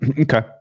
Okay